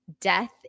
death